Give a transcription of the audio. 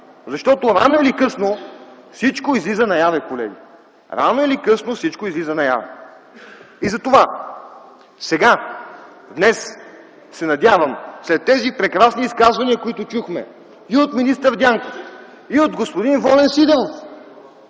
защото рано или късно всичко излиза наяве, колеги. Рано или късно всичко излиза наяве! Затова, сега, днес, се надявам след тези прекрасни изказвания, които чухме, и от министър Дянков, и от господин Волен Сидеров,